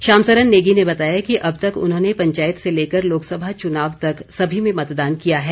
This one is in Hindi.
श्याम सरन नेगी ने बताया कि अब तक उन्होंने पंचायत से लेकर लोकसभा चुनाव तक सभी में मतदान किया है